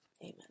amen